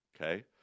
Okay